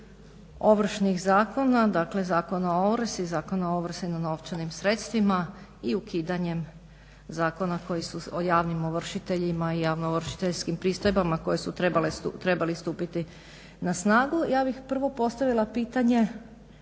ovršnih zakona, dakle Zakona o ovrsi, Zakona o ovrsi na novčanim sredstvima i ukidanjem zakona koji su, o javnim ovršiteljima i javno ovršiteljskim pristojbama koje su trebale stupiti na snagu. Ja bih prvo postavila pitanje